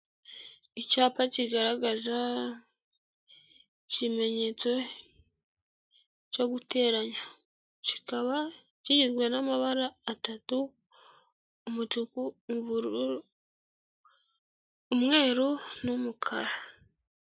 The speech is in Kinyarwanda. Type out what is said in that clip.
Icyapa kigaragaza ikimenyetso cyo guteranya, kikaba kigizwe n'amabara atatu, umutuku, umweru n'umukara.